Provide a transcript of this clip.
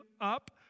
up